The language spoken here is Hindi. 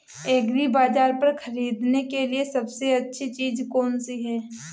एग्रीबाज़ार पर खरीदने के लिए सबसे अच्छी चीज़ कौनसी है?